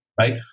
right